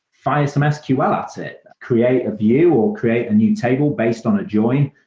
fire some sql at it. create a view or create a new table based on a join.